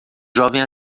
jovem